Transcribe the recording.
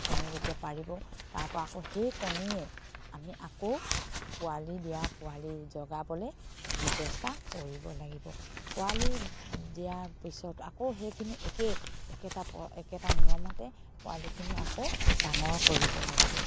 কণী যেতিয়া পাৰিব তাৰপৰা আকৌ সেই কণীয়ে আমি আকৌ পোৱালি দিয়া পোৱালি জগাবলৈ সেইটো ব্যৱস্থা কৰিব লাগিব পোৱালি দিয়াৰ পিছত আকৌ সেইখিনি একেই একেটা একেটা নিয়মতে পোৱালিখিনি আকৌ ডাঙৰ কৰিব লাগিব